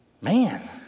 man